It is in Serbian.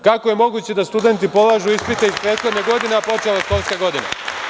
Kako je moguće da studenti polažu ispite iz prethodne godine, a počela je školska godina?